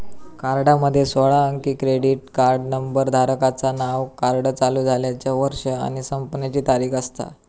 कार्डामध्ये सोळा अंकी क्रेडिट कार्ड नंबर, धारकाचा नाव, कार्ड चालू झाल्याचा वर्ष आणि संपण्याची तारीख असता